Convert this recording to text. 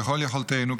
ככל יכולתנו,